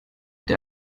der